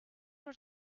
are